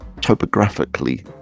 topographically